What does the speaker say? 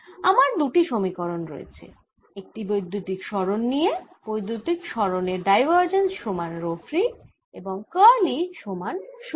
আমার দুটি সমীকরণ রয়েছে একটি বৈদ্যুতিক সরণ নিয়ে বৈদ্যুতিক সরণের ডাইভার্জেন্স সমান রো ফ্রী এবং কার্ল E সমান 0